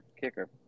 kicker